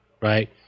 Right